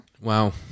Wow